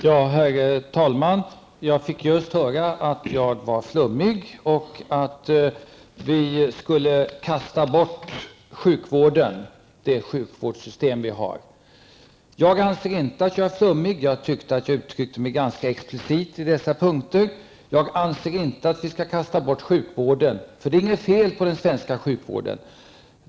Herr talman! Jag fick just höra att jag var flummig och att vi skulle vilja kasta bort det sjukvårdssystem som vi har. Jag anser inte att jag är flummig. Jag tyckte att jag uttryckte mig ganska explicit på dessa punkter. Jag anser inte att vi skall kasta bort sjukvården, för det är inget fel på den svenska sjukvården.